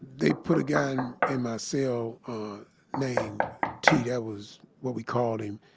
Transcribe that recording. they put a guy in my cell named t, that was what we called him,